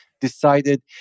decided